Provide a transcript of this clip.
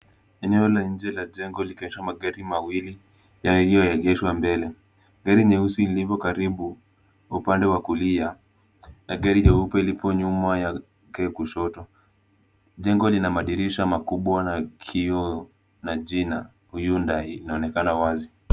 Eneo la nje la jengo likionyesha magari maawili yaliyoegeshwa mbele. Gari nyeusi lililo karibu upande wa kulia, na gari jeupe lililopo nyuma yake ya kushoto. Jengo lina madirisha makubwa ya kioo na jina Hyundai linaonekana wazi.